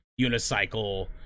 unicycle